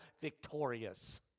victorious